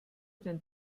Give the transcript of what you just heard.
den